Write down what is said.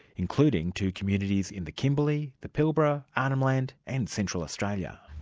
including to communities in the kimberley, the pilbara, arnhem land and central australia.